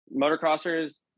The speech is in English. motocrossers